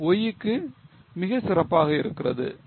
6 Y க்கு மிகச் சிறப்பாக இருக்கிறது 1